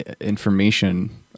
information